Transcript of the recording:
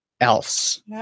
else